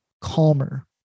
calmer